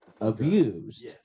abused